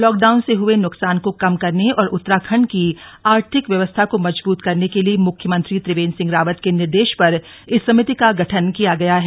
lockdown से हए नुकसान को कम करने और उतराखंड की आर्थिक व्यवस्था को मजबूत करने के लिये मुख्यमंत्री त्रिवेन्द्र सिंह रावत के निर्देश पर इस समिति का गठन किया गया है